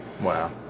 Wow